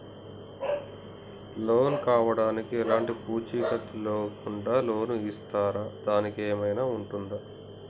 Loan కావడానికి ఎలాంటి పూచీకత్తు లేకుండా లోన్ ఇస్తారా దానికి ఏమైనా ఉంటుందా?